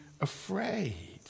afraid